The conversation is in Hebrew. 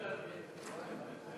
הלכתי לבית-המשפט,